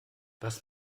was